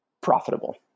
profitable